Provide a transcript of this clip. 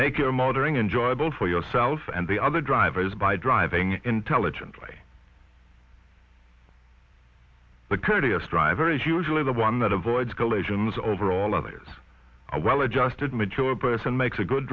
make your motoring enjoyable for yourself and the other drivers by driving intelligent way the courteous driver is usually the one that avoids collisions over all others i well adjusted mature person makes a good